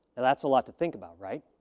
and that's a lot to think about, right?